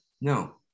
No